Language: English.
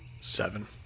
Seven